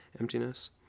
emptiness